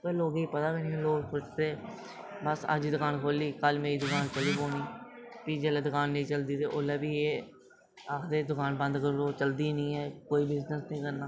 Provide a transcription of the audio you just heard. ते लोकें गी पता गै नेईं लोक सोचदे बस अज्ज दकान खोह्ल्ली कल्ल मेरी दकान चली जानी ते जेल्लै नेईं चलदी ते एह् आखदे दकान बंद करी ओड़ो एह् चलदी निं ऐ कोई होर बिजनेस करना